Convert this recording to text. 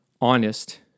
honest